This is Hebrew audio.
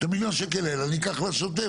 את מיליון השקלים האלו אני אקח לשוטף,